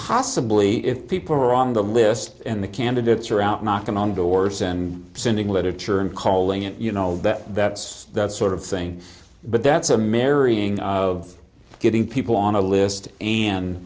possibly if people are on the list and the candidates are out knocking on doors and sending literature and calling it you know that that's the sort of thing but that's a marrying of getting people on a list and